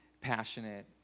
passionate